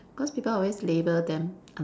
cause people always label them aun~